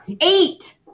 Eight